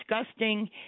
disgusting